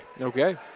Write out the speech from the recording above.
Okay